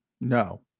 no